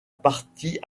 partie